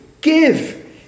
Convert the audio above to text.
give